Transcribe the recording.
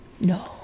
No